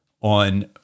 on